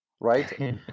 Right